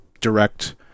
direct